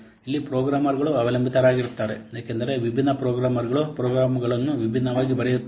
ಇಲ್ಲಿ ಪ್ರೋಗ್ರಾಮರ್ಗಳು ಅವಲಂಬಿತರಾಗಿರುತ್ತಾರೆ ಏಕೆಂದರೆ ವಿಭಿನ್ನ ಪ್ರೋಗ್ರಾಮರ್ಗಳು ಪ್ರೋಗ್ರಾಂಗಳನ್ನು ವಿಭಿನ್ನವಾಗಿ ಬರೆಯುತ್ತಾರೆ